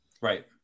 Right